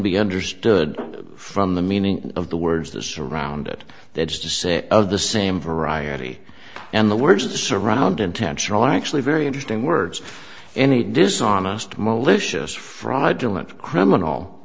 be understood from the meaning of the words the surround it that is to say of the same variety and the words to surround intentional are actually very interesting words any dishonest malicious fraudulent criminal